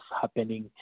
happening